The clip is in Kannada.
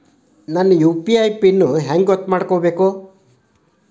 ನನ್ನ ಯು.ಪಿ.ಐ ಪಿನ್ ಹೆಂಗ್ ಗೊತ್ತ ಮಾಡ್ಕೋಬೇಕು?